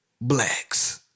Blacks